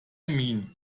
mean